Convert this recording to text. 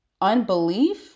unbelief